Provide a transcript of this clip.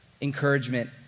encouragement